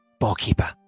ballkeeper